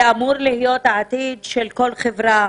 זה אמור להיות העתיד של כל החברה.